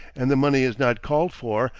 and the money is not called for,